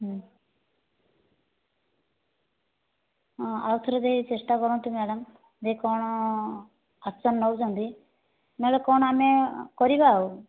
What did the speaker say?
ହଁ ଆଉଥରେ ଯାଇ ଚେଷ୍ଟା କରନ୍ତୁ ମ୍ୟାଡ଼ାମ ଯେ କଣ ଆକ୍ସନ ନେଉଛନ୍ତି ନହେଲେ କଣ ଆମେ କରିବା ଆଉ